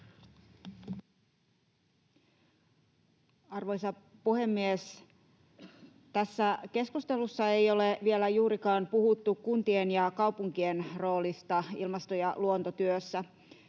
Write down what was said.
Arvoisa puhemies! Tässä keskustelussa ei ole vielä juurikaan puhuttu kuntien ja kaupunkien roolista ilmasto- ja luontotyössä.